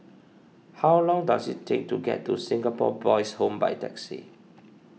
how long does it take to get to Singapore Boys' Home by taxi